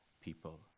people